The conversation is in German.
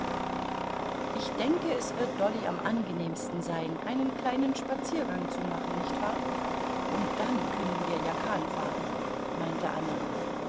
ich denke es wird dolly am angenehmsten sein einen kleinen spaziergang zu machen nicht wahr und dann können wir ja kahn fahren meinte anna